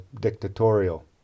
dictatorial